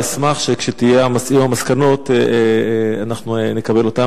אשמח שכשיהיו המסקנות, אנחנו נקבל אותן.